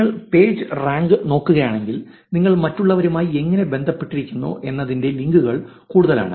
നിങ്ങൾ page rank നോക്കുകയാണെങ്കിൽ നിങ്ങൾ മറ്റുള്ളവരുമായി എങ്ങനെ ബന്ധപ്പെട്ടിരിക്കുന്നു എന്നതിന്റെ ലിങ്കുകൾ കൂടുതലാണ്